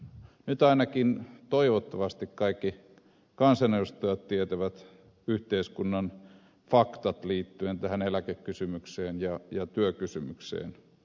nyt ainakin toivottavasti kaikki kansanedustajat tietävät ne yhteiskunnan faktat jotka liittyvät tähän eläkekysymykseen ja työkysymykseen